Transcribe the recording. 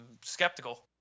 skeptical